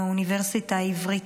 מהאוניברסיטה העברית,